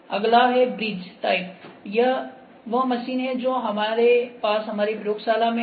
अगला है bridge type यह वह मशीन है जो हमारे पास हमारी प्रयोगशाला में है